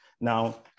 Now